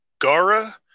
Gara